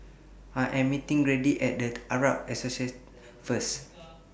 I Am meeting Grady At The Arab Association First